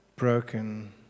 broken